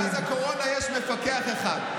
יש מפקח אחד.